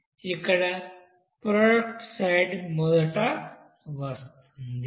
ఇక్కడ product side మొదట వస్తుంది